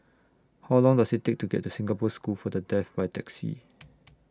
How Long Does IT Take to get to Singapore School For The Deaf By Taxi